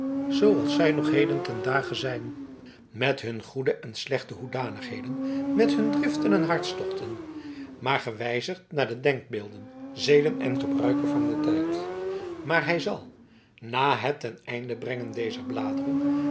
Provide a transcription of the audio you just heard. zooals zij nog heden ten dage zijn met hun goede en slechte hoedanigheden met hun driften en hartstochten maar gewijzigd naar de denkbeelden zeden en gebruiken van den tijd maar hij zal na het ten einde brengen dezer bladeren